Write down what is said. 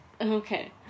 Okay